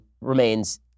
remains